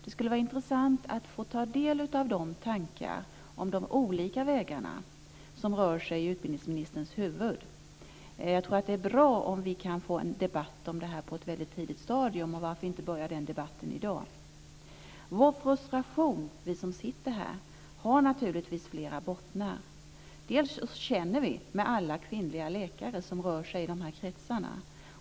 Det skulle vara intressant att få ta del av de tankar om olika vägar som rör sig i utbildningsministerns huvud. Jag tror att det vore bra om vi på ett tidigt stadium kunde få en debatt om detta. Varför inte börja den debatten i dag? Den frustration som vi som sitter här känner har naturligtvis flera bottnar. Dels känner vi med alla kvinnliga läkare som rör sig i de här kretsarna.